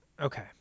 Okay